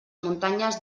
muntanyes